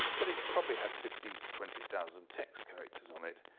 but it probably had fifteen to twenty thousand text characters on it,